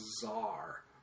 bizarre